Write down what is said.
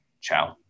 ciao